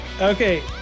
Okay